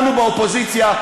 לנו באופוזיציה,